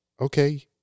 Okay